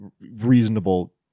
reasonable